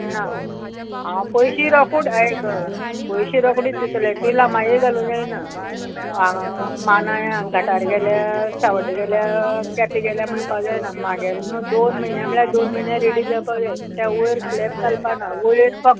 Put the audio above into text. ना हांव पयशी रोकडे आयकय पयशे रोकडीच दितलें तूं लामाये घालूं जायना आं मानाय घाटार गेल्या सावड्ड्या गेल्या केपें गेल्या म्हणपा जायना म्हागेलें न्हू दोन म्हयन्या म्हळ्यार दोन म्हयन्या रेडी जावपा जाय कित्या वयर स्लेप घालपा ना वयर फक्त